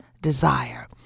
desire